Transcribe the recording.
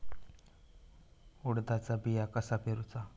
उडदाचा बिया कसा पेरूचा?